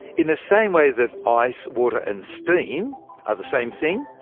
in the same way that ice, water and steam are the same thing,